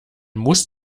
muss